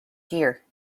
here